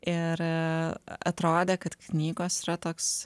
ir atrodė kad knygos yra toks